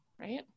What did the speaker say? Right